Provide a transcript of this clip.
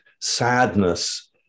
sadness